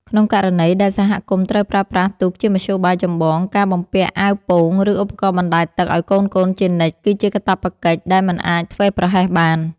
ក្នុងករណីដែលសហគមន៍ត្រូវប្រើប្រាស់ទូកជាមធ្យោបាយចម្បង ការបំពាក់អាវពោង ឬឧបករណ៍បណ្តែតទឹកឱ្យកូនៗជានិច្ចគឺជាកាតព្វកិច្ចដែលមិនអាចធ្វេសប្រហែសបាន។